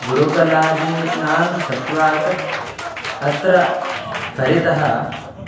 गुरुकलादीनां सत्वात् अत्र परितः